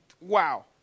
Wow